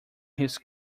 his